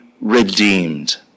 redeemed